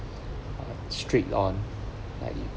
strict on like you